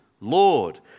Lord